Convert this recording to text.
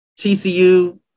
TCU